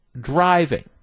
driving